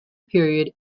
period